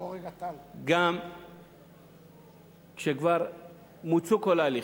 גם כשכבר מוצו כל ההליכים,